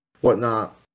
whatnot